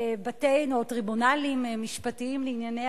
יש לבטל.